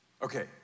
Okay